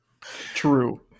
True